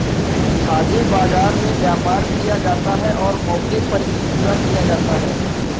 हाजिर बाजार में व्यापार किया जाता है और मौके पर ही पूरा किया जाता है